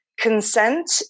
Consent